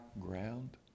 ground